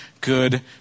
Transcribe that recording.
good